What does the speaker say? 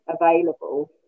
available